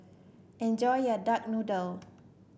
enjoy your Duck Noodle